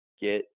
get